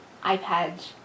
iPads